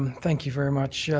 thank you very much.